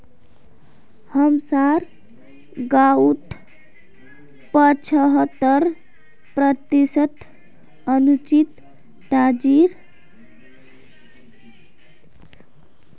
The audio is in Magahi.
हमसार गांउत पछहत्तर प्रतिशत अनुसूचित जातीर लड़कि ला कस्तूरबा विद्यालय स पढ़ील छेक